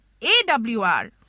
AWR